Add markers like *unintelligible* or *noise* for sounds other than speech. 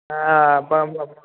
ꯑꯥ *unintelligible*